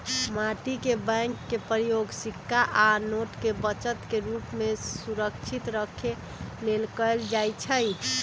माटी के बैंक के प्रयोग सिक्का आ नोट के बचत के रूप में सुरक्षित रखे लेल कएल जाइ छइ